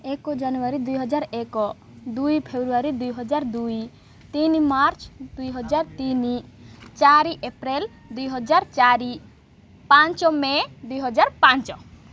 ଏକ ଜାନୁଆରୀ ଦୁଇହଜାର ଏକ ଦୁଇ ଫେବୃଆରୀ ଦୁଇହଜାର ଦୁଇ ତିନି ମାର୍ଚ୍ଚ ଦୁଇହଜାର ତିନି ଚାରି ଏପ୍ରିଲ ଦୁଇହଜାର ଚାରି ପାଞ୍ଚ ମେ ଦୁଇହଜାର ପାଞ୍ଚ